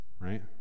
right